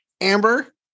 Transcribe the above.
Amber